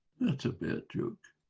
that's a bad joke.